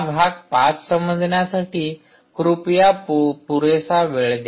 हा भाग ५ समजण्यासाठी कृपया पुरेसा वेळ द्या